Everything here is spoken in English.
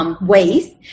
ways